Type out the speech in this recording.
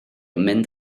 mynd